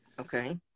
Okay